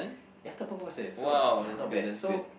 ya so not bad so